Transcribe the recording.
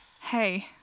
Hey